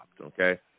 okay